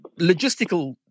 logistical